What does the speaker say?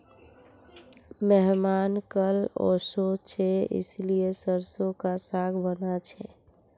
मेहमान कल ओशो छे इसीलिए सरसों का साग बाना छे